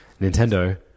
Nintendo